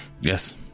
Yes